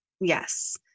Yes